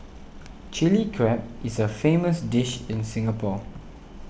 Chilli Crab is a famous dish in Singapore